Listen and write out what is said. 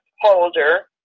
holder